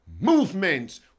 movements